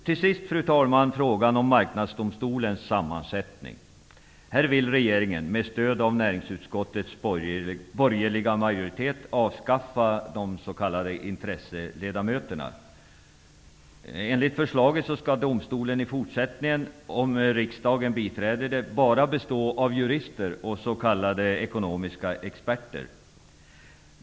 Till sist, fru talman, vill jag kommentera frågan om intresseledamöterna. Enligt förslaget skall domstolen i fortsättningen -- om riksdagen biträder förslaget -- bara bestå av jurister och s.k. ekonomiska experter.